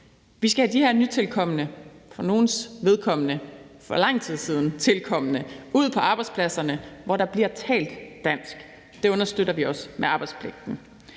Vi skal have de her nytilkomne – og for nogens vedkommende for lang tid siden tilkomne – ud på arbejdspladserne, hvor der bliver talt dansk. Det understøtter vi også med arbejdspligten.